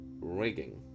rigging